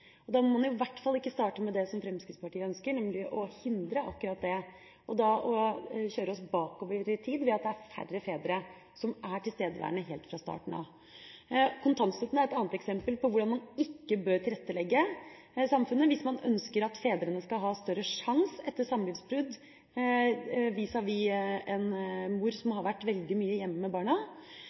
og ved samlivsbrudd? Når det gjelder dette med samlivsbrudd, er det aller viktigste vi kan gjøre, å sikre at vi har tilstedeværende fedre helt fra starten av. Da må man i hvert fall ikke starte med det som Fremskrittspartiet ønsker, nemlig å hindre akkurat det og kjøre oss bakover i tid ved at det er færre fedre som er tilstedeværende helt fra starten av. Kontantstøtten er et annet eksempel på hvordan man ikke bør tilrettelegge samfunnet hvis man ønsker at fedrene skal ha større